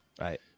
Right